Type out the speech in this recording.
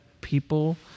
people